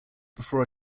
before